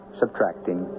subtracting